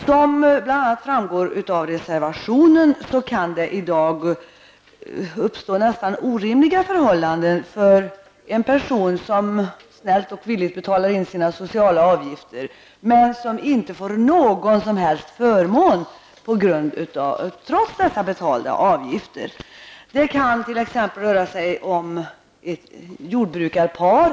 Som framgår av t.ex. reservation 1 kan det i dag bli nästan orimliga förhållanden för den person som snällt och villigt betalar in sina sociala avgifter men som ändå inte åtnjuter någon som helst förmån. Det kan t.ex. röra sig om ett jordbrukarpar.